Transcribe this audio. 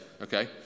okay